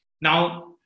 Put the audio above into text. Now